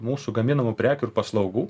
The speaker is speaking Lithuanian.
mūsų gaminamų prekių ir paslaugų